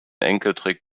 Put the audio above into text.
enkeltrick